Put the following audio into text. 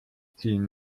ziehen